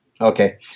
Okay